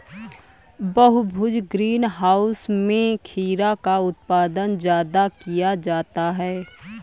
बहुभुज greenhouse में खीरा का उत्पादन ज्यादा किया जाता है